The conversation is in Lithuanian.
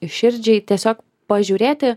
širdžiai tiesiog pažiūrėti